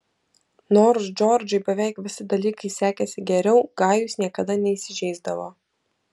nors džordžui beveik visi dalykai sekėsi geriau gajus niekada neįsižeisdavo